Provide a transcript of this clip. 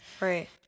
right